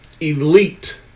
elite